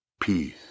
peace